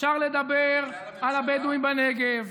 אפשר לדבר על הבדואים בנגב,